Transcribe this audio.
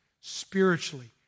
spiritually